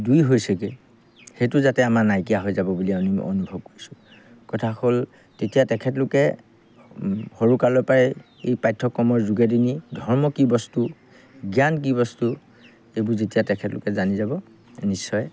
দুই হৈছেগৈ সেইটো যাতে আমাৰ নাইকিয়া হৈ যাব বুলি আমি অনুভৱ কৰিছোঁ কথা হ'ল তেতিয়া তেখেতলোকে সৰু কালৰপৰাই এই পাঠ্যক্ৰমৰ যোগেদি নি ধৰ্ম কি বস্তু জ্ঞান কি বস্তু এইবোৰ যেতিয়া তেখেতলোকে জানি যাব নিশ্চয়